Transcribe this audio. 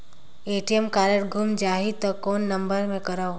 ATM card गुम जाही त कौन नम्बर मे करव?